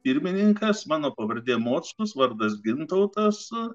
pirmininkas mano pavardė mockus vardas gintautas su